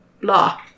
Blah